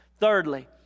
Thirdly